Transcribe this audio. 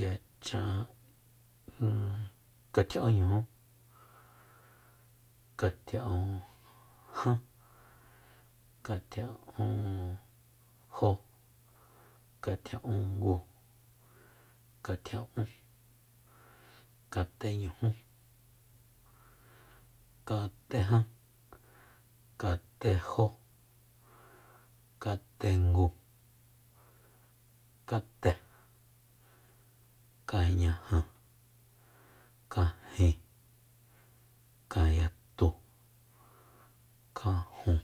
Yachan katjia'únñujú katjia'unjan katjia'unjo katjia'ungu katjia'ún kateñujú katejan katejó katengu kate kañaja kajin kanyatu kajun